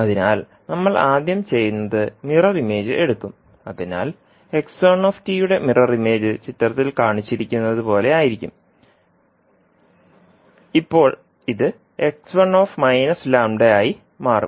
അതിനാൽ നമ്മൾ ആദ്യം ചെയ്യുന്നത് മിറർ ഇമേജ് എടുക്കും അതിനാൽ യുടെ മിറർ ഇമേജ് ചിത്രത്തിൽ കാണിച്ചിരിക്കുന്നതുപോലെ ആയിരിക്കും ഇപ്പോൾ ഇത് ആയി മാറും